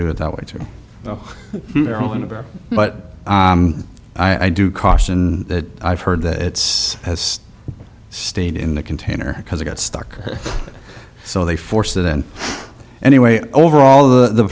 do it that way three but i do caution that i've heard that it's has stayed in the container because it got stuck so they force then anyway overall the